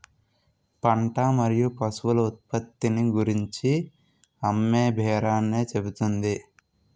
పంట మరియు పశువుల ఉత్పత్తిని గూర్చి అమ్మేబేరాన్ని చెబుతుంది